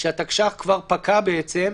שהתקש"ח כבר פקע בעצם,